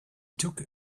took